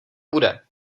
bude